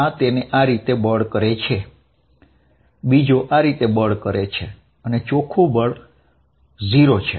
આ તેને આ રીતે બળ કરે છે બીજો આ રીતે બળ કરે છે અને ચોખ્ખુ બળ 0 છે